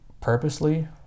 Purposely